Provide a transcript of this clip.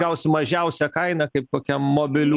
gausim mažiausią kainą kaip kokiam mobilių